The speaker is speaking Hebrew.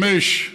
חמש,